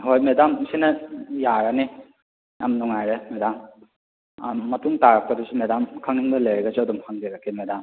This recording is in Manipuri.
ꯍꯣꯏ ꯃꯦꯗꯥꯝ ꯁꯤꯅ ꯌꯥꯔꯅꯤ ꯌꯥꯝ ꯅꯨꯉꯥꯏꯔꯦ ꯃꯦꯗꯥꯝ ꯃꯇꯨꯡ ꯇꯥꯔꯛꯄꯗꯁꯨ ꯃꯦꯗꯥꯝ ꯈꯪꯅꯤꯡꯕ ꯂꯩꯔꯒꯁꯨ ꯑꯗꯨꯝ ꯍꯪꯖꯔꯛꯀꯦ ꯃꯦꯗꯥꯝ